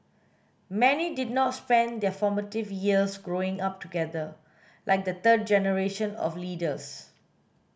many did not spend their formative years growing up together like the third generation of leaders